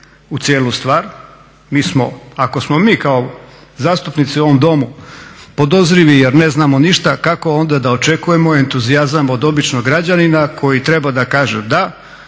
u cijelu stvar. Ako smo mi kao zastupnici u ovom domu podozrivi jer ne znamo ništa kako onda da očekujemo entuzijazam od običnog građanina koji treba da kaže da,